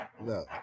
no